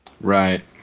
Right